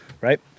Right